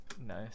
Nice